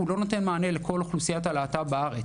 לא נותן מענה לכל אוכלוסיית הלהט"ב בארץ.